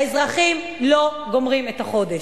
האזרחים לא גומרים את החודש.